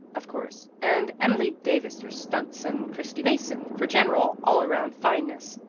of course, and emily davis for stunts and christy mason for general all-around fineness,